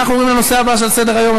אנחנו עוברים לנושא הבא שעל סדר-היום: